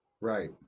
Right